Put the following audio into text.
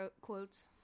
quotes